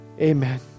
Amen